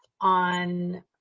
on